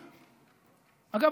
אגב,